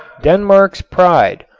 denmark's pride,